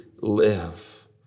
live